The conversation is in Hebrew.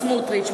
סמוטריץ,